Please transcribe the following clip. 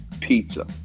Pizza